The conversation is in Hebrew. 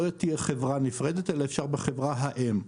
לא תהיה חברה נפרדת אלא אפשר יהיה בחברה האם,